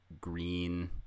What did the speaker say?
green